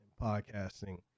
podcasting